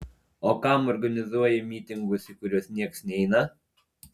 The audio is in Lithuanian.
o kam organizuoji mytingus į kuriuos nieks neina